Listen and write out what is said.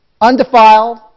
Undefiled